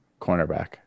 Cornerback